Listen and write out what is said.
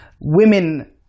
women